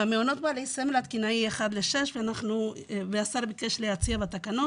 במעונות הסמל התקינה היא אחת לשש והשר ביקש להציע בתקנות,